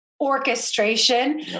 orchestration